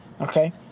Okay